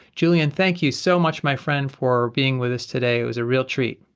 julien thank you so much my friend for being with us today, it was a real treat.